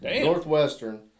Northwestern